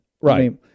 Right